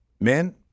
Men